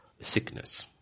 sickness